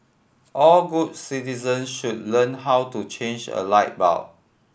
all good citizens should learn how to change a light bulb